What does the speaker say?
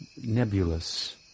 nebulous